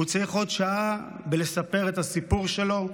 הוא צריך עוד שעה בלספר את הסיפור שלו,